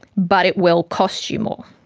but it will cost you more.